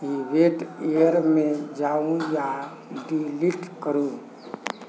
event इयरमे जाउ आ डिलीट करू